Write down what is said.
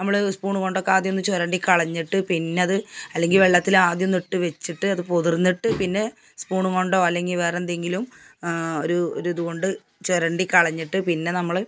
അമ്മള് ഉസ്പൂണ് കൊണ്ടൊക്കെ ആദ്യമൊന്ന് ചൊരണ്ടിക്കളഞ്ഞിട്ട് പിന്നത് അല്ലെങ്കില് വെള്ളത്തിലാദ്യം തൊട്ടുവെച്ചിട്ട് അത് പുതിര്ന്നിട്ട് പിന്നെ സ്പൂണും കൊണ്ടോ അല്ലെങ്കില് വേറെന്തെങ്കിലും ഒര് ഒരിത്കൊണ്ട് ചൊരണ്ടിക്കളഞ്ഞിട്ട് പിന്നെ നമ്മള്